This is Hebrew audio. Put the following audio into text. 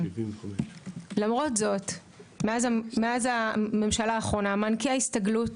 למרות זאת מאז הממשלה האחרונה מענקי ההסתגלות